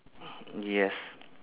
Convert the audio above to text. yes